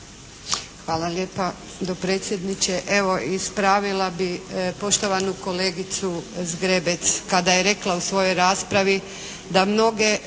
Hvala lijepa dopredsjedniče. Evo, ispravila bih poštovanu kolegicu Zgrebec kada je rekla u svojoj raspravi da mnoge